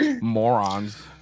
morons